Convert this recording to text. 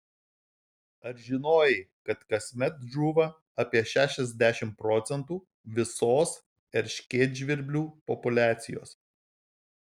ar žinojai kad kasmet žūva apie šešiasdešimt procentų visos erškėtžvirblių populiacijos